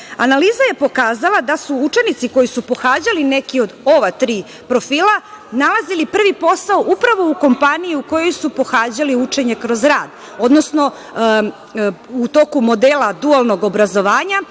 Analiza je pokazala da su učenici koji su pohađali neki od ova tri profila nalazili prvi posao upravo u kompaniji u kojoj su pohađali učenje kroz rad, odnosno u toku modela dualnog obrazovanja